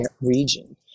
region